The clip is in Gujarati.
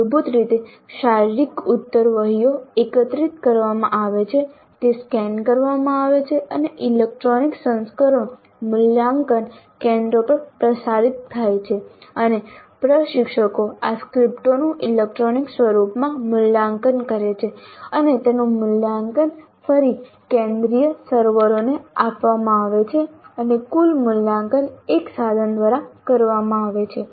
મૂળભૂત રીતે શારીરિક ઉત્તરવહીઓ એકત્રિત કરવામાં આવે છે તે સ્કેન કરવામાં આવે છે અને ઇલેક્ટ્રોનિક સંસ્કરણો મૂલ્યાંકન કેન્દ્રો પર પ્રસારિત થાય છે અને પ્રશિક્ષકો આ સ્ક્રિપ્ટોનું ઇલેક્ટ્રોનિક સ્વરૂપમાં મૂલ્યાંકન કરે છે અને તેનું મૂલ્યાંકન ફરી કેન્દ્રીય સર્વરોને આપવામાં આવે છે અને કુલ મૂલ્યાંકન એક સાધન દ્વારા કરવામાં આવે છે